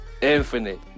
Infinite